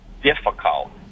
difficult